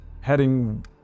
heading